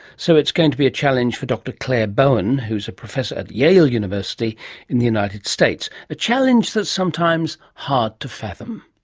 so it's going to be a challenge for dr claire bowern, who professor at yale university in the united states, a challenge that's sometimes hard to fathom.